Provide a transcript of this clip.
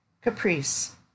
caprice